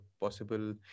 possible